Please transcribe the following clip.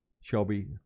Shelby